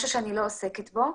משהו שאני לא עוסקת בו.